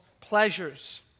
pleasures